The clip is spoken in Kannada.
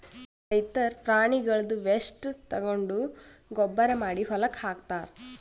ರೈತರ್ ಪ್ರಾಣಿಗಳ್ದ್ ವೇಸ್ಟ್ ತಗೊಂಡ್ ಗೊಬ್ಬರ್ ಮಾಡಿ ಹೊಲಕ್ಕ್ ಹಾಕ್ತಾರ್